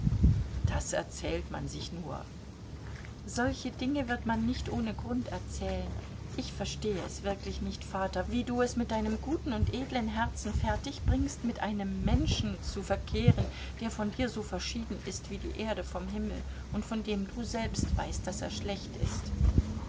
das erzählt man sich nur solche dinge wird man nicht ohne grund erzählen ich verstehe es wirklich nicht vater wie du es mit deinem guten und edlen herzen fertigbringst mit einem menschen zu verkehren der von dir so verschieden ist wie die erde vom himmel und von dem du selbst weißt daß er schlecht ist